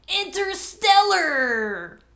interstellar